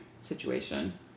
situation